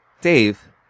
Dave